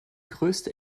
größte